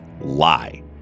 lie